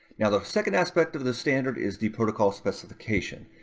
now, the second aspect of the standard is the protocol specification.